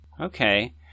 Okay